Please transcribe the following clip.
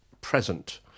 present